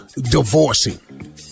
divorcing